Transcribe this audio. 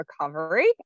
recovery